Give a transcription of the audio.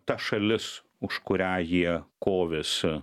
ta šalis už kurią jie kovėsi